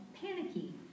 panicky